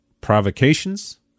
provocations